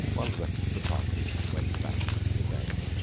while the rest of the party went back to the game.